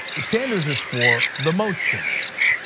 sanders is for the most change,